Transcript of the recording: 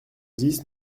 dix